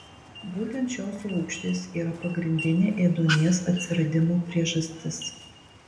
būtent šios rūgštys yra pagrindinė ėduonies atsiradimo priežastis